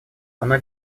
она